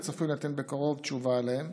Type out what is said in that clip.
וצפויה להינתן בקרוב תשובה עליהן.